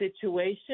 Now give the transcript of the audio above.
situation